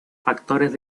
factores